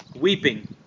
weeping